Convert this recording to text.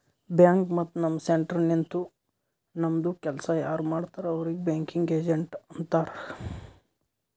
bank ಮತ್ತ ನಮ್ centre ನಿಂತು ನಮ್ದು ಕೆಲ್ಸಾ ಯಾರ್ ಮಾಡ್ತಾರ್ ಅವ್ರಿಗ್ ಬ್ಯಾಂಕಿಂಗ್ ಏಜೆಂಟ್ ಅಂತಾರ್